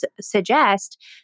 suggest